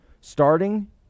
Starting